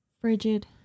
Frigid